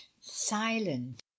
silent